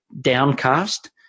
Downcast